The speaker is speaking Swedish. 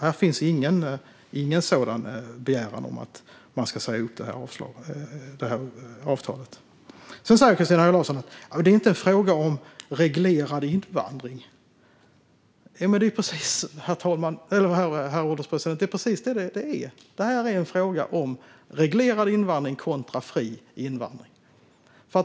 Här finns ingen sådan begäran om att säga upp avtalet. Christina Höj Larsen säger att det inte är en fråga om reglerad invandring. Jo, herr ålderspresident, det är precis vad det är. Detta är en fråga om reglerad invandring kontra fri invandring.